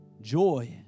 Joy